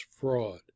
fraud